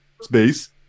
space